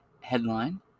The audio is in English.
Headline